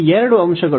ಈ ಎರಡು ಅಂಶಗಳು